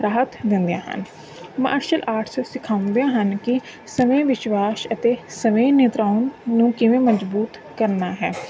ਰਾਹਤ ਦਿੰਦੀਆਂ ਹਨ martial arts ਸਿਖਾਉਂਦੇ ਹਨ ਕਿ ਸਵੈ ਵਿਸ਼ਵਾਸ ਅਤੇ ਸਵੈ ਨਿਤਰਾਉਣ ਨੂੰ ਕਿਵੇਂ ਮਜ਼ਬੂਤ ਕਰਨਾ ਹੈ